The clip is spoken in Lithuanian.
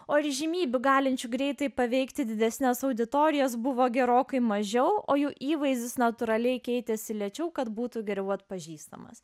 o įžymybių galinčių greitai paveikti didesnes auditorijas buvo gerokai mažiau o jų įvaizdis natūraliai keitėsi lėčiau kad būtų geriau atpažįstamas